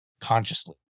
consciously